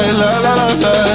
la-la-la-la